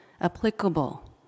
applicable